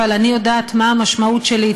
אני עשיתי בפרקליטות.